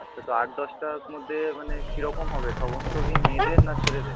আচ্ছা তো আট দশটার মধ্যে মানে কীরকম হবে সমস্ত কি মেয়েদের না ছেলেদের